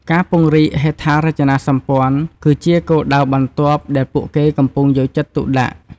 ការពង្រីកហេដ្ឋារចនាសម្ព័ន្ធគឺជាគោលដៅបន្ទាប់ដែលពួកគេកំពុងយកចិត្តទុកដាក់។